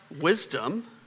wisdom